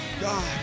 God